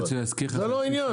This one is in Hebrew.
זה לא עניין,